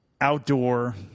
outdoor